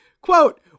Quote